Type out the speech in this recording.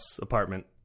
apartment